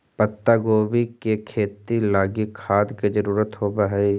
पत्तागोभी के खेती लागी खाद के जरूरत होब हई